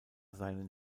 seinen